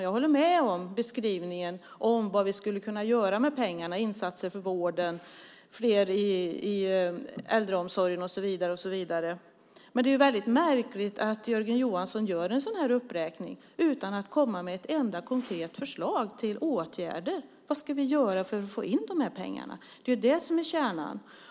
Jag håller med om beskrivningen av vad vi skulle kunna göra med pengarna, insatser för vården, fler i äldreomsorgen och så vidare. Men det är väldigt märkligt att Jörgen Johansson gör en sådan här uppräkning utan att komma med ett enda konkret förslag på åtgärder. Vad ska vi göra för att få in de här pengarna? Det är det som är kärnan.